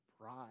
pride